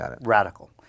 radical